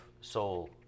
soul